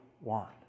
want